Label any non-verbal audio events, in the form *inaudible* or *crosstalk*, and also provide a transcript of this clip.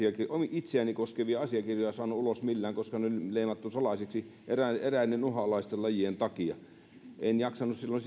itseäni koskevia asiakirjoja saanut ulos millään koska ne oli leimattu salaisiksi eräiden eräiden uhanalaisten lajien takia en jaksanut silloin *unintelligible*